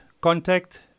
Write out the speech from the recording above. contact